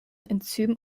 enzym